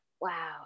Wow